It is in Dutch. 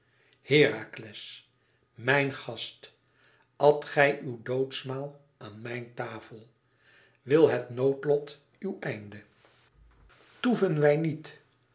herakles mijn gast at gij uw doodsmaal aan mijn tafel wil het noodlot uw einde toeven wij niet